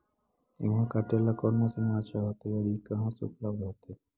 गेहुआ काटेला कौन मशीनमा अच्छा होतई और ई कहा से उपल्ब्ध होतई?